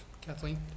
Kathleen